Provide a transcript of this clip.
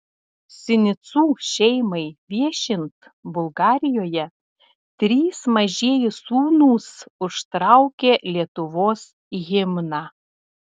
sinicų šeimai viešint bulgarijoje trys mažieji sūnūs užtraukė lietuvos himną